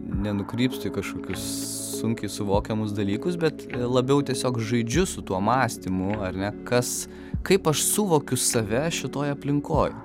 nenukrypstu į kažkokius sunkiai suvokiamus dalykus bet labiau tiesiog žaidžiu su tuo mąstymu ar ne kas kaip aš suvokiu save šitoj aplinkoj